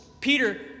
Peter